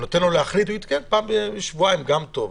אבל אם תיתן לו להחליט אז מבחינתו גם פעם בשבועיים זה טוב.